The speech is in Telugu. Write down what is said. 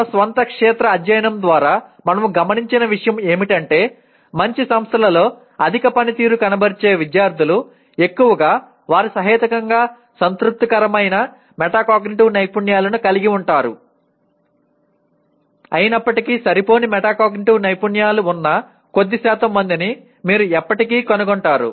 మన స్వంత క్షేత్ర అధ్యయనం ద్వారా మనము గమనించిన విషయం ఏమిటంటే మంచి సంస్థలలో అధిక పనితీరు కనబరిచే విద్యార్థులు ఎక్కువగా వారు సహేతుకంగా సంతృప్తికరమైన మెటాకాగ్నిటివ్ నైపుణ్యాలను కలిగి ఉంటారు అయినప్పటికీ సరిపోని మెటాకాగ్నిటివ్ నైపుణ్యాలు ఉన్న కొద్ది శాతం మందిని మీరు ఇప్పటికీ కనుగొంటారు